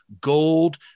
gold